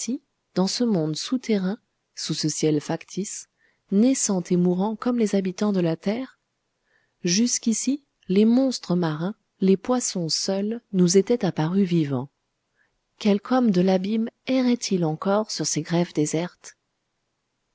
dans ce monde souterrain sous ce ciel factice naissant et mourant comme les habitants de la terre jusqu'ici les monstres marins les poissons seuls nous étaient apparus vivants quelque homme de l'abîme errait il encore sur ces grèves désertes